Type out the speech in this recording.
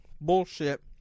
Bullshit